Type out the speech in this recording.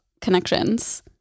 connections